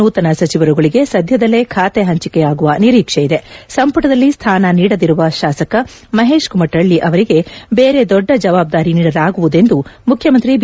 ನೂತನ ಸಚಿವರುಗಳಿಗೆ ಸದ್ಯದಲ್ಲೇ ಖಾತೆ ಹಂಚಿಕೆಯಾಗುವ ನಿರೀಕ್ಷೆಯಿದೆ ಸಂಪಟದಲ್ಲಿ ಸ್ಡಾನ ನೀಡದಿರುವ ಶಾಸಕ ಮಹೇಶ್ ಕುಮಠಳ್ಳಿ ಅವರಿಗೆ ಬೇರೆ ದೊಡ್ಡ ಜವಾಬ್ಲಾರಿ ನೀಡಲಾಗುವುದೆಂದು ಮುಖ್ಯಮಂತಿ ಬಿ